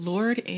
Lord